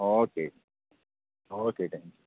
okay okay thank you